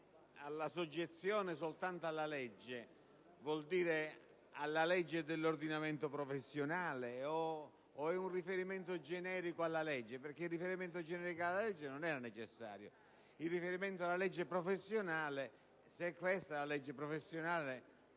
alla soggezione soltanto alla legge deve intendersi alla legge dell'ordinamento professionale, o è un riferimento generico alla legge? Il riferimento generico alla legge non è necessario, mentre il riferimento alla legge professionale, se è questa la legge professionale